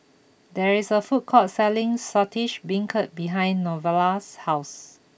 there is a food court selling Saltish Beancurd behind Novella's house